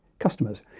customers